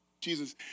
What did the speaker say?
Jesus